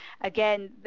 again